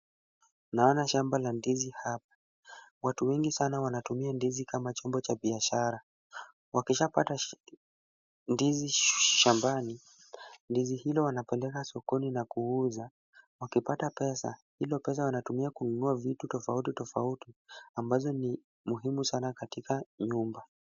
Naona shamba la ndizi hapa. Watu wengi wanatumia ndizi kama chombo cha biashara. Wakishapata ndizi shambani, ndizi hilo wanapeleka sokoni kuuza wakipata pesa hilo pesa wanatumia kununua vitu tofautitofauti ambazo ni muhimu katika nyumba.